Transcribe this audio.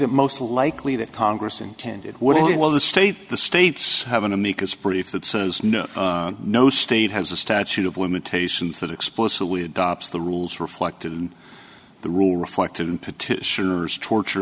it most likely that congress intended would do well the states the states have an amicus brief that says no no state has a statute of limitations that explicitly adopts the rules reflected in the rule reflected in petitioners torture